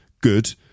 good